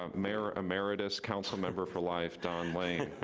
um mayor emeritus council member for life, don lane.